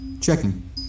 Checking